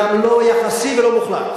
גם לא יחסי ולא מוחלט.